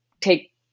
take